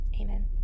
amen